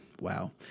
wow